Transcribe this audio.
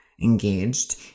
engaged